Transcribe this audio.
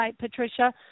Patricia